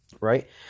right